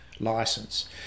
license